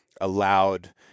allowed